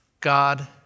God